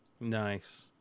Nice